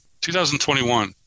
2021